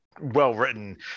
well-written